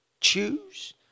choose